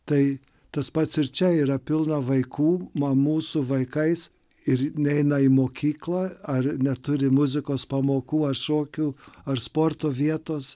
tai tas pats ir čia yra pilna vaikų mamų su vaikais ir neina į mokyklą ar neturi muzikos pamokų ar šokių ar sporto vietos